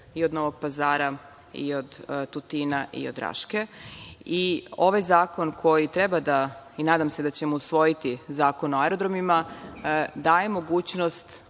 i od Novog Pazara i od Tutina i od Raške. Ovaj zakon koji treba i nadam se da ćemo usvojiti, Zakon o aerodromima, daje mogućnost